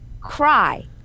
cry